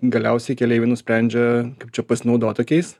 galiausiai keleiviai nusprendžia kaip čia pasinaudot tokiais